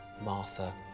Martha